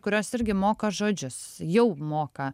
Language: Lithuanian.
kurios irgi moka žodžius jau moka